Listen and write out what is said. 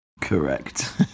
Correct